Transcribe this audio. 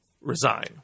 resign